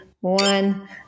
one